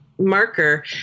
Marker